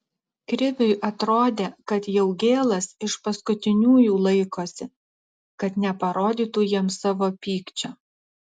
kriviui atrodė kad jaugėlas iš paskutiniųjų laikosi kad neparodytų jiems savo pykčio